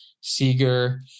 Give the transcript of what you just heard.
Seeger